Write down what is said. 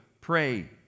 pray